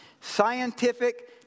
Scientific